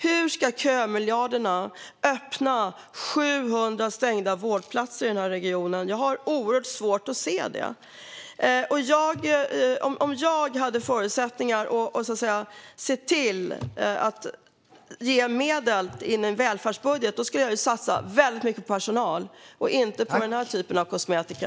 Hur ska kömiljarderna öppna 700 stängda vårdplatser i denna region? Om jag hade förutsättningar att ge medel i en välfärdsbudget skulle jag satsa väldigt mycket på personal och inte på den här typen av kosmetika.